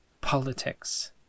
politics